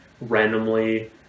randomly